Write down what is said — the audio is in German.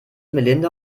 melinda